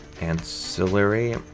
ancillary